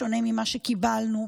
בשונה ממה שקיבלנו.